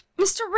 mr